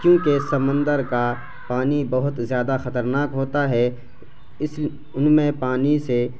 کیونکہ سمندر کا پانی بہت زیادہ خطرناک ہوتا ہے اس ان میں پانی سے